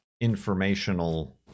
informational